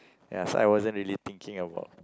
ya so I wasn't really thinking about